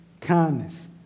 kindness